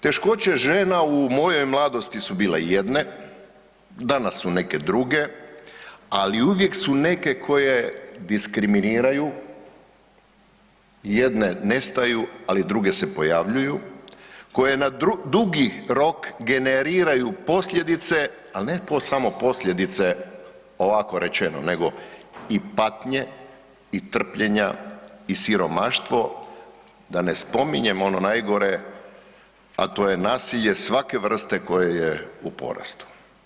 Teškoće žena u mojoj mladosti su bile jedne, danas su neke druge, ali uvijek su neke koje diskriminiraju, jedne nestaju, ali druge se pojavljuju koje na dugi rok generiraju posljedice, ali ne samo posljedice ovako rečeno nego i patnje, i trpljenja, i siromaštvo, da ne spominjem ono najgore, a to je nasilje svake vrste koje je u porastu.